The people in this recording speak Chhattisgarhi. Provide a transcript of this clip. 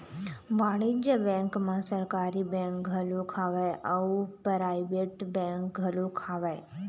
वाणिज्य बेंक म सरकारी बेंक घलोक हवय अउ पराइवेट बेंक घलोक हवय